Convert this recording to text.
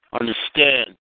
Understand